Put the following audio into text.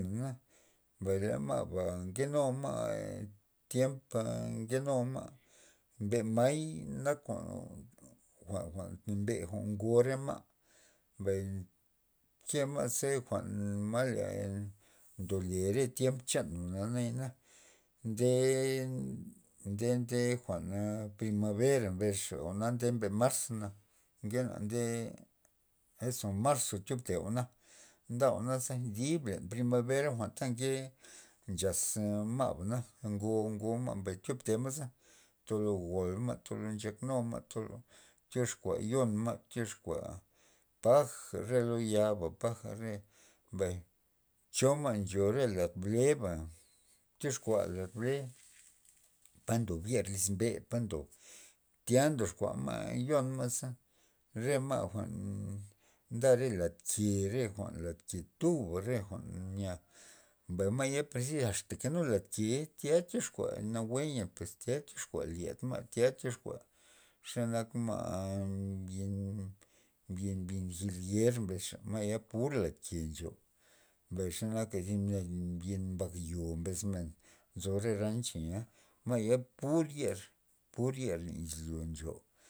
Na mbay le ma'ba nkenu ma' tiemp nkenu ma' mbe may nak jwa'n- jwa'n mbe ngo re ma' mbay ke ma ze male ndole re tiemp chanla jwa'na yana nde- nde- nde jwa'n primavera mbesxa jwa'na nde me marz na ngena nde eso marzo tyopte jwa'na nda jwa'naza dib primevra jwa'n na nke nchax ma'bana ngo- ngo ma' mbay tyob tema'za tolo gol ma' tolo nchak numa' tyoxkua yon ma' tyoxkua paja le ro yaba paja re mbay cho re ma' ncho lad leba tyoxkua las leba pa ndob yer liz mbe pa ndob tya ndoxkuama' yon ma' maza re ma' jwa'n nda lad ke re jwa'n lad ke tuba re jwa'n nya mbay ya prezis asta lad key tya tyoxkua nawuenya tyatoxkua lyed ma' tya tyoxkua xe nak ma'mbin, mbin- mbin mbin giljer mbes xa maya pur lad ke nzo mbay ze nak thi ned mbyen mbak yo iz men nzo re rancha ma' ya pur yer pur yer izlyo ncho.